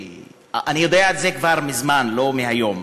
אני יודע את זה כבר מזמן, לא מהיום.